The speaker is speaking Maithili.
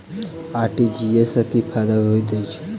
आर.टी.जी.एस सँ की फायदा होइत अछि?